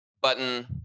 button